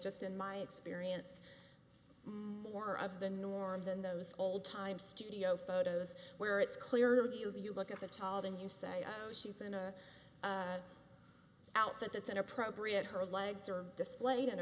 just in my experience more of the norm than those old time studio photos where it's clear that you look at the toilet and you say oh she's in a out that that's inappropriate her legs are displayed and